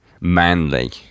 manly